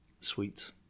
sweets